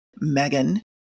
megan